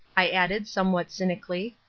i added somewhat cynically,